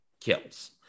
kills